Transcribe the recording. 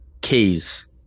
keys